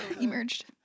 emerged